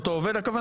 תודה רבה לכולם,